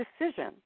decision